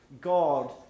God